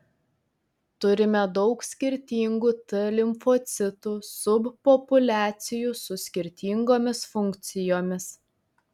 turime daug skirtingų t limfocitų subpopuliacijų su skirtingomis funkcijomis